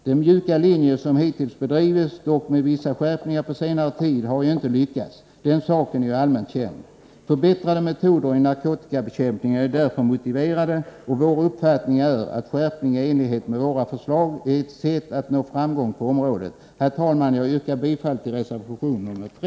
Den mjuka linje som hittills tillämpats, dock med vissa skärpningar på senare tid, har ju inte lyckats — den saken är allmänt känd. Förbättrade metoder i narkotikabekämpningen är därför motiverade, och vår uppfattning är att skärpningar i enlighet med våra förslag är ett sätt att nå framgång på området. Herr talman! Jag yrkar bifall till reservation 3.